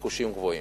וביקושים גבוהים.